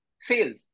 sales